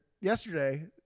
yesterday